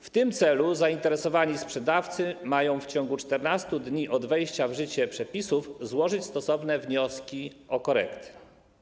W tym celu zainteresowani sprzedawcy mają w ciągu 14 dni od dnia wejścia w życie przepisów złożyć stosowne wnioski o korekty.